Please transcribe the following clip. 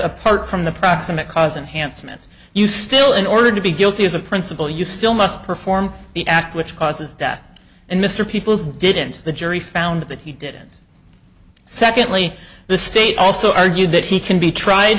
apart from the proximate cause unhandsome and you still in order to be guilty as a principal you still must perform the act which causes death and mr peoples didn't the jury found that he didn't secondly the state also argued that he can be tried